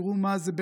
תראו מה זה,